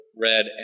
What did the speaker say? Red